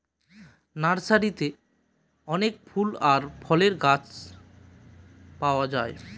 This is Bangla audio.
নার্সারিতে অনেক ফুল আর ফলের চারাগাছ পাওয়া যায়